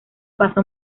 paso